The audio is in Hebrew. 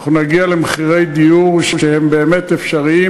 ואנחנו נגיע למחירי דיור שהם באמת אפשריים,